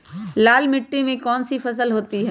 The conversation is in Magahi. लाल मिट्टी में कौन सी फसल होती हैं?